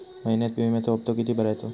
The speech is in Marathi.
महिन्यात विम्याचो हप्तो किती भरायचो?